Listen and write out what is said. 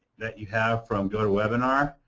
that you have from gotowebinar.